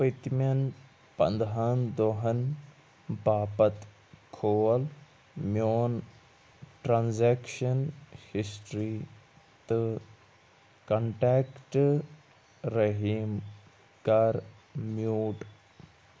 پٔتۍمٮ۪ن پَنٛدہَن دۄہن باپتھ کھول میون ٹرٛانزٮ۪کشَن ہسٹِرٛی تہٕ کنٹٮ۪کٹ رٔحیٖم کَر میوٗٹ